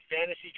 fantasy